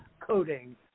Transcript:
coding